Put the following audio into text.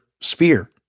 sphere